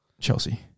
Chelsea